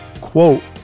Quote